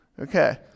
okay